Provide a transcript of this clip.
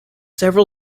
several